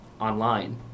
online